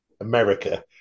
America